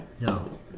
No